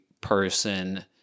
person